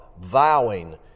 vowing